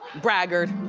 bragger.